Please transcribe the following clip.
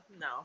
no